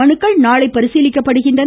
மனுக்கள் நாளை பரிசீலிக்கப்படுகின்றன